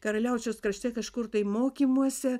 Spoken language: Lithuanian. karaliaučiaus krašte kažkur tai mokymuose